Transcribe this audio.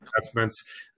investments